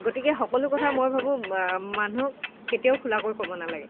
গতিকে সকলো কথা মই ভাবোঁ মানুহক কেতিয়াও খোলাকৈ ক'ব নালাগে